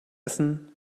essen